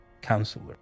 counselor